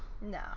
No